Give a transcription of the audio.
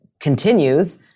continues